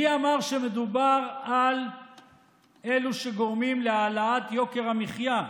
מי אמר שמדובר על אלו שגורמים להעלאת יוקר המחיה?